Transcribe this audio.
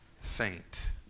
faint